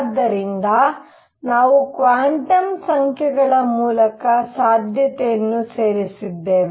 ಆದ್ದರಿಂದ ನಾವು ಕ್ವಾಂಟಮ್ ಸಂಖ್ಯೆಗಳ ಮೂಲಕ ಸಾಧ್ಯತೆಯನ್ನು ಸೇರಿಸಿದ್ದೇವೆ